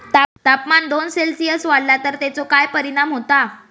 तापमान दोन सेल्सिअस वाढला तर तेचो काय परिणाम होता?